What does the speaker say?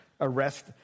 arrest